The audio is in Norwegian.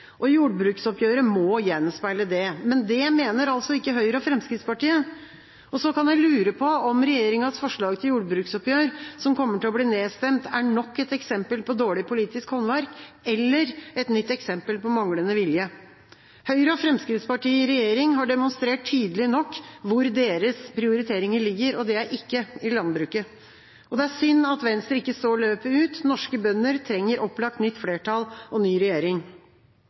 Jordbruksoppgjøret må gjenspeile det. Men det mener altså ikke Høyre og Fremskrittspartiet. Så kan en lure på om regjeringas forslag til jordbruksoppgjør, som kommer til å bli nedstemt, er nok et eksempel på dårlig politisk håndverk, eller et nytt eksempel på manglende vilje. Høyre og Fremskrittspartiet i regjering har demonstrert tydelig nok hvor deres prioriteringer ligger, og det er ikke i landbruket. Det er synd at Venstre ikke står løpet ut. Norske bønder trenger opplagt nytt flertall og ny regjering.